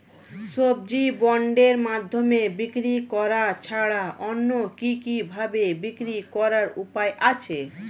সবজি বন্ডের মাধ্যমে বিক্রি করা ছাড়া অন্য কি কি ভাবে বিক্রি করার উপায় আছে?